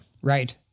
Right